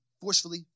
forcefully